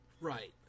right